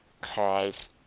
cause